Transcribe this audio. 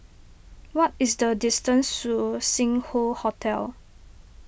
what is the distance to Sing Hoe Hotel